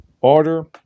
order